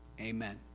amen